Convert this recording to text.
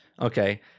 Okay